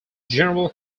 general